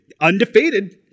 undefeated